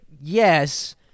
yes